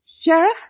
Sheriff